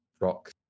rock